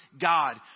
God